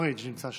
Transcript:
השר פריג' נמצא שם.